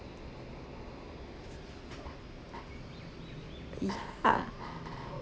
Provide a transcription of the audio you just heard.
yeah